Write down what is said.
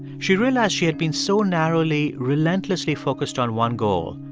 she realized she had been so narrowly, relentlessly focused on one goal,